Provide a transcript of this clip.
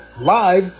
live